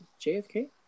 JFK